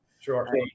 Sure